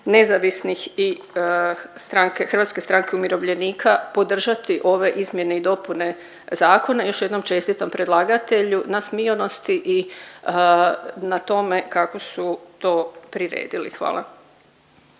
stranke, Hrvatske stranke umirovljenika podržati ove izmjene i dopune zakona. Još jednom čestitam predlagatelju na smionosti i na tome kako su to priredili. Hvala.